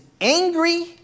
Angry